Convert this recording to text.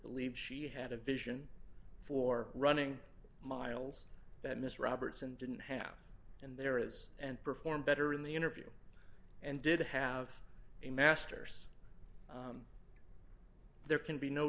believed she had a vision for running miles that miss robertson didn't have and there is and perform better in the interview and did have a masters there can be no